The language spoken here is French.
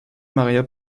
maría